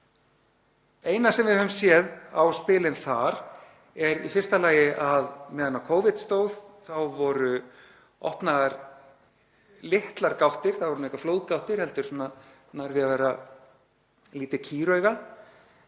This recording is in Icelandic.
eina sem við höfum séð á spilin þar er í fyrsta lagi að meðan á Covid stóð voru opnaðar litlar gáttir, það voru nú engar flóðgáttir heldur nær því að vera lítið kýrauga,